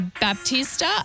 Baptista